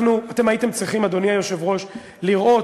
אתם הייתם צריכים, אדוני היושב-ראש, לראות,